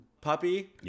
puppy